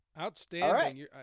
Outstanding